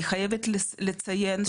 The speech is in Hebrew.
אני חייבת לציין.